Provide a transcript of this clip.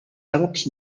àrabs